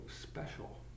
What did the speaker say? special